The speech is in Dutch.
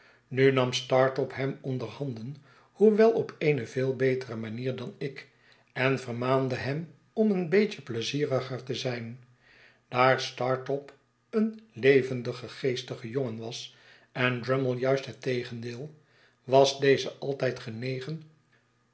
nu nam startop hem onder handen hoewel op eene veel betere manier dan ik en vermaande hem om een beetje pleizieriger te zijn daar startop een levendige geestige jongen was en drummle juist het tegendeel was deze altijd genegen